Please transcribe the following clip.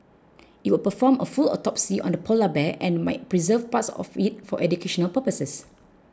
it will perform a full autopsy on the polar bear and might preserve parts of it for educational purposes